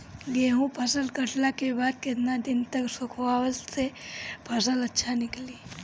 गेंहू फसल कटला के बाद केतना दिन तक सुखावला से फसल अच्छा निकली?